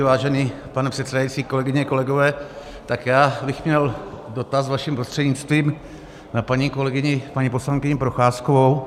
Vážený pane předsedající, kolegyně, kolegové, já bych měl dotaz, vaším prostřednictvím, na paní kolegyni paní poslankyni Procházkovou.